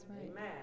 Amen